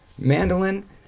Mandolin